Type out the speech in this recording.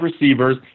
receivers